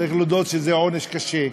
צריך להודות שזה עונש קשה,